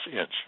inch